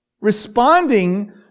Responding